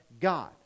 God